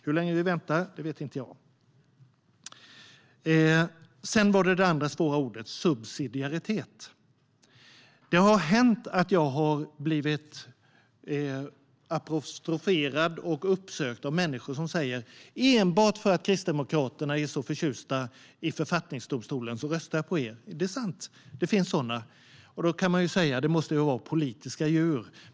Hur länge vi väntar vet inte jag. Sedan har vi det andra svåra ordet: subsidiaritet. Det har hänt att jag har blivit apostroferad och uppsökt av människor som säger: Enbart för att Kristdemokraterna är så förtjusta i författningsdomstolen röstar jag på er. Det är sant! Det finns sådana. Då kan man säga att vi måste vara politiska djur.